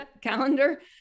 calendar